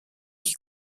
qui